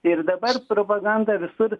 ir dabar propaganda visur